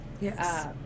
Yes